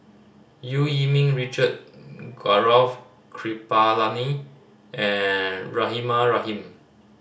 Eu Yee Ming Richard Gaurav Kripalani and Rahimah Rahim